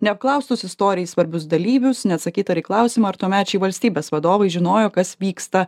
neapklaustus istorijai svarbius dalyvius neatsakyta ir į klausimą ar tuomečiai valstybės vadovai žinojo kas vyksta